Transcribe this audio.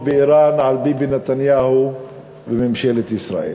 באיראן על ביבי נתניהו וממשלת ישראל.